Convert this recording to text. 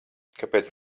kāpēc